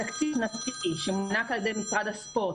התקציב השנתי שמוענק על ידי משרד הספורט,